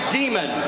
demon